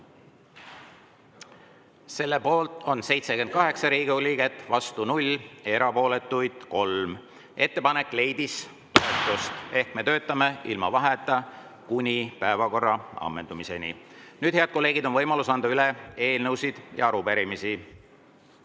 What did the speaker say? Poolt on 78 Riigikogu liiget, vastu 0, erapooletuid 3. Ettepanek leidis toetust ehk me töötame ilma vaheajata kuni päevakorra ammendumiseni. Nüüd, head kolleegid, on võimalus anda üle eelnõusid ja arupärimisi.